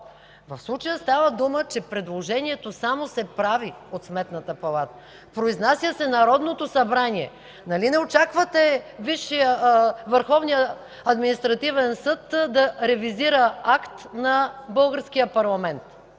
В случая става дума, че предложението само се прави от Сметната палата, произнася се Народното събрание. Нали не очаквате Върховният административен съд да ревизира акт на българския парламент?